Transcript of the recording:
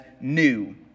new